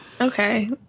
Okay